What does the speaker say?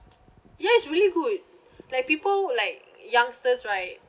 ya it's really good like people like youngsters right